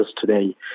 today